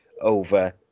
over